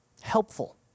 helpful